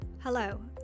Hello